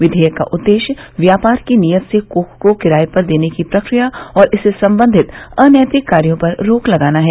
विधेयक का उद्देश्य व्यापार की नीयत से कोख को किराए पर देने की प्रक्रिया और इससे संबंधित अनैतिक कार्यो पर रोक लगाना है